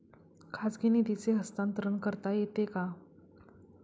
खाजगी निधीचे हस्तांतरण करता येते का?